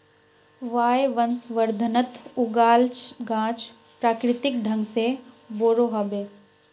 वायवसंवर्धनत उगाल गाछ प्राकृतिक ढंग से बोरो ह बे